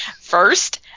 First